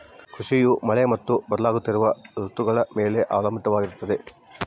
ಕೃಷಿಯು ಮಳೆ ಮತ್ತು ಬದಲಾಗುತ್ತಿರೋ ಋತುಗಳ ಮ್ಯಾಲೆ ಅವಲಂಬಿತವಾಗಿರ್ತದ